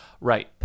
Right